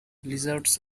lizards